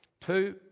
two